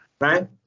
Right